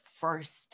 first